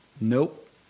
Nope